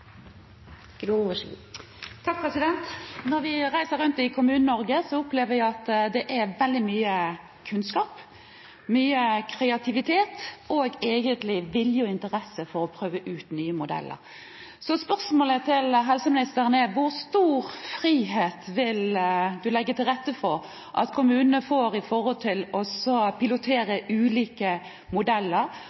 veldig mye kunnskap, mye kreativitet og egentlig vilje og interesse for å prøve ut nye modeller. Så spørsmålet til helseministeren er: Hvor stor frihet vil man legge til rette for at kommunene får når det gjelder å pilotere ulike modeller